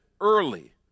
early